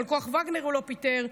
גם בכוח וגנר הוא לא פיטר,